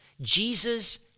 Jesus